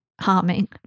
harming